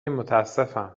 متاسفم